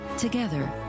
Together